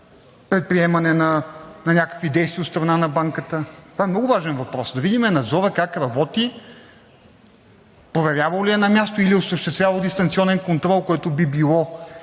предприемане на някакви действия от страна на банката? Това е много важен въпрос – да видим как работи Надзорът, проверявал ли е на място? Или е осъществявал дистанционен контрол, което би било